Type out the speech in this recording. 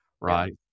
Right